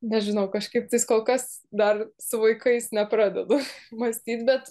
nežinau kažkaip tais kol kas dar su vaikais nepradedu mąstyt bet